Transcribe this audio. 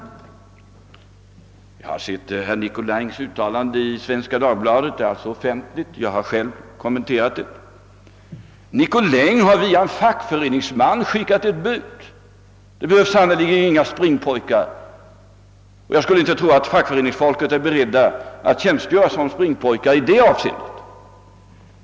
Jag har sett herr Nicolins uttalande i Svenska Dagbladet. Det är alltså offentligt. Jag har själv kommenterat det. Herr Nicolin hade via en fackföreningsman skickat ett bud! Det behövs sannerligen inga springpojkar, och jag skulle inte tro att fackföreningsfolket är berett att tjänstgöra som springpojkar i det avseendet.